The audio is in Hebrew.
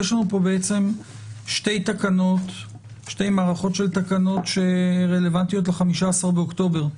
יש לנו פה שתי מערכות של תקנות שרלוונטיות ל-15 באוקטובר,